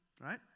right